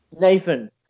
Nathan